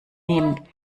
nehmen